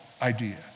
idea